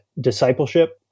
discipleship